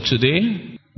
today